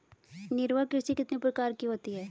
निर्वाह कृषि कितने प्रकार की होती हैं?